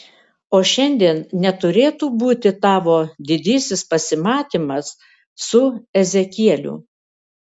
o šiandien neturėtų būti tavo didysis pasimatymas su ezekieliu